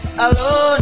alone